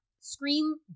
scream